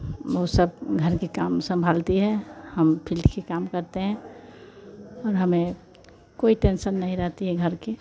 वह सब घर के काम संभालती है हम फील्ड का काम करते हैं और हमें कोई टेन्सन नहीं रहता है घर का